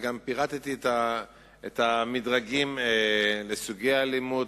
וגם פירטתי את המדרגים לסוגי האלימות